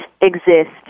exist